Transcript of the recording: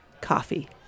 coffee